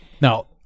Now